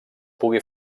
puga